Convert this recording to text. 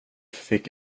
fick